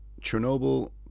Chernobyl